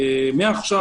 מעכשיו,